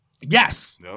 Yes